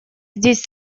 здесь